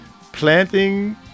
planting